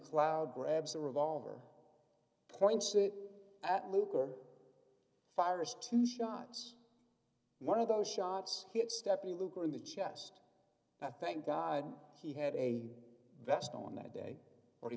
cloud grabs a revolver points it at lugar fires two shots one of those shots hit stepney luker in the chest i thank god he had a vest on that day or he